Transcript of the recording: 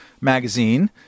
magazine